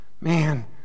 Man